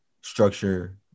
structure